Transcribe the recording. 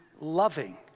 loving